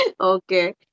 Okay